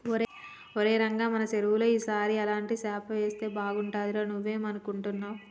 ఒరై రంగ మన సెరువులో ఈ సారి ఎలాంటి సేప వేస్తే బాగుంటుందిరా నువ్వేం అనుకుంటున్నావ్